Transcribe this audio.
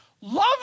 Love